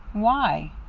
why?